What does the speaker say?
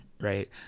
right